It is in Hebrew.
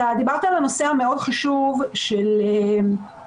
דיברת על הנושא החשוב מאוד של הקושי